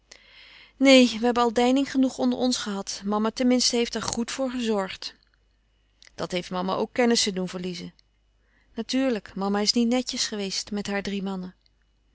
neen we hebben al deining genoeg onder ons gehad mama ten minste heeft er goed voor gezorgd dat heeft mama ook kennissen doen verliezen natuurlijk mama is niet netjes geweest met haar drie mannen